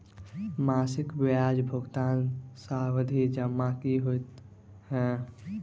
मासिक ब्याज भुगतान सावधि जमा की होइ है?